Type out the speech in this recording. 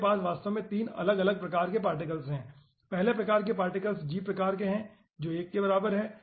हमारे पास वास्तव में 3 अलग अलग प्रकार के पार्टिकल्स हैं पहले प्रकार के कण g प्रकार का है जो 1 के बराबर हैं